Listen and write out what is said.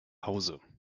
hause